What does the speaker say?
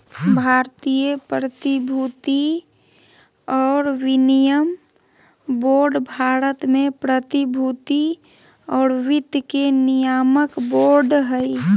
भारतीय प्रतिभूति और विनिमय बोर्ड भारत में प्रतिभूति और वित्त के नियामक बोर्ड हइ